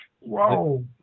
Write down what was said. whoa